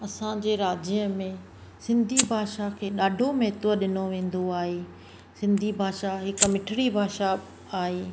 असांजे राज्य में सिन्धी भाषा खे ॾाढो महत्व ॾिनो वेन्दो आहे सिन्धी भाषा हिकु मिठिड़ी भाषा आहे